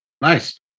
Nice